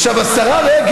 לקלל, סליחה,